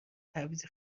تعویض